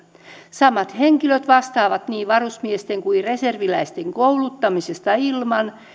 samat henkilöt vastaavat niin varusmiesten kuin reserviläisten kouluttamisesta ilman